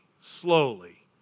slowly